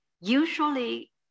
Usually